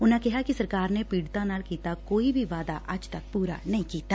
ਉਨੂਾਂ ਕਿਹਾ ਕਿ ਸਰਕਾਰ ਨੇ ਪੀੜਤਾਂ ਨਾਲ ਕੀਤਾ ਕੋਈ ਵੀ ਵਾਅਦਾ ਅੱਜ ਤੱਕ ਪੂਰਾ ਨਹੀਂ ਕੀਤਾ